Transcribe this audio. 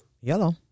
Yellow